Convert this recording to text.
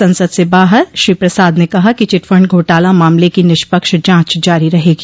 संसद से बाहर श्री प्रसाद ने कहा कि चिटफंड घोटाला मामले की निष्पक्ष जांच जारी रहेगी